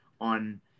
on